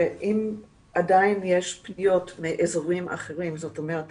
אם עדיין יש פגיעות מאזורים אחרים, זאת אומרת